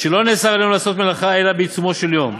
"שלא נאסר עלינו לעשות מלאכה אלא בעיצומו של יום,